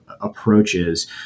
approaches